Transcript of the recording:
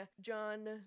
John